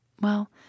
Well